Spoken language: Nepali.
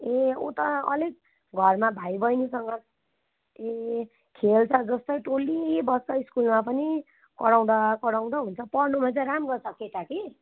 ए उ त अलिक घरमा भाइ बहिनीसँग ए खेल्छ जस्तै टोल्लिइबस्छ स्कुलमा पनि कराउँदा कराउँदा हुन्छ पढ्नुमा चाहिँ राम्रो छ केटा कि